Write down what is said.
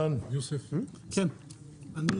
כן,